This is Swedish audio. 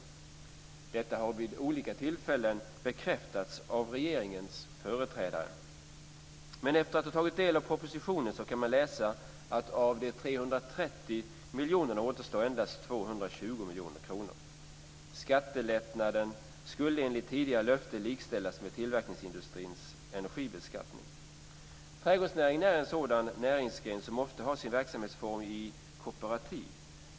Detta har vid olika tillfällen bekräftats av regeringens företrädare. Men om man tar del av propositionen kan man läsa att av de 330 miljonerna återstår endast 220 miljoner kronor. Skattelättnaden skulle enligt tidigare löfte likställas med tillverkningsindustrins energibeskattning. Trädgårdsnäringen är en näringsgren som ofta har verksamhetsformen kooperativ.